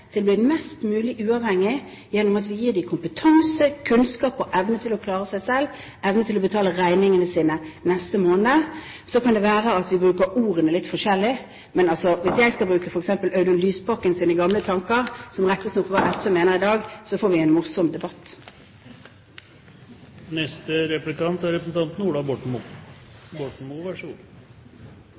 til å bli mest mulig uavhengig gjennom at vi gir dem kompetanse, kunnskap og evne til å klare seg selv, evne til å betale regningene sine neste måned. Så kan det være at vi bruker ordene litt forskjellig. Men hvis jeg skal bruke f.eks. Audun Lysbakkens gamle tanker som rettesnor for hva SV mener i dag, så får vi en morsom debatt. Jeg vil takke Erna Solberg for det jeg på mange vis oppfattet som et anstendig innlegg i god